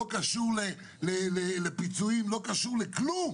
זה לא קשור לפיצויים ולא קשור לכלום.